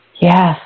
Yes